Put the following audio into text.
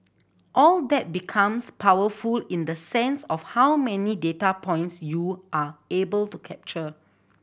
all that becomes powerful in the sense of how many data points you are able to capture